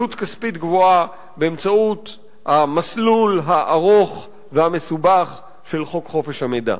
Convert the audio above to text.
עלות כספית גבוהה באמצעות המסלול הארוך והמסובך של חוק חופש המידע.